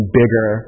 bigger